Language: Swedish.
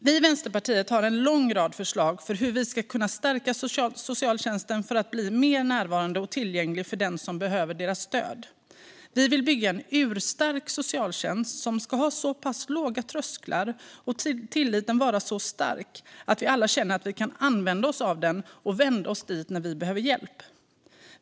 Vi i Vänsterpartiet har en lång rad förslag på hur vi ska kunna stärka socialtjänsten för att den ska bli mer närvarande och tillgänglig för den som behöver dess stöd. Vi vill bygga en urstark socialtjänst som ska ha så pass låga trösklar och som vi alla ska kunna ha så stark tillit till att vi kan känna att vi kan använda oss av den och vända oss dit när vi behöver hjälp.